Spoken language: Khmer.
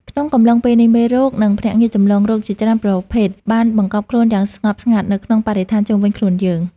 ក្នុងកំឡុងពេលនេះ មេរោគ និងភ្នាក់ងារចម្លងរោគជាច្រើនប្រភេទបានបង្កប់ខ្លួនយ៉ាងស្ងប់ស្ងាត់នៅក្នុងបរិស្ថានជុំវិញខ្លួនយើង។